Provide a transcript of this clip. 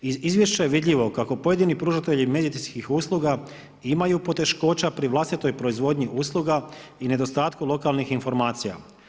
Iz izvješća je vidljivo kako pojedini pružatelji medicinskih usluga imaju poteškoća pri vlastitoj proizvodnji usluga i nedostatku lokalnih informacija.